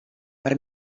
per